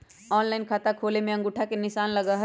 Online खाता खोले में अंगूठा के निशान लगहई?